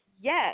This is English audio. Yes